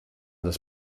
das